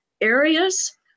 areas